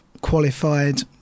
qualified